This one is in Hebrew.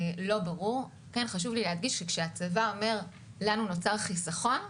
חשוב להדגיש שכשהצבא אומר שנוצר לו חיסכון,